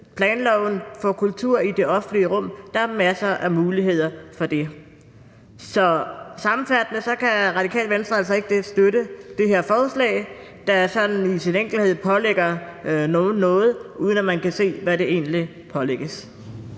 planloven og få kultur i det offentlige rum. Der er masser af muligheder for det. Så sammenfattende kan Radikale Venstre altså ikke støtte det her forslag, der sådan i sin enkelhed pålægger nogen noget, uden at man kan se, hvad der egentlig pålægges.